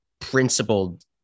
principled